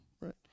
right